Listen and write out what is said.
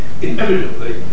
Inevitably